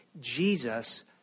Jesus